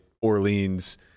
Orleans